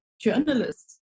journalists